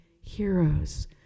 heroes